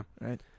right